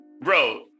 bro